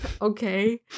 Okay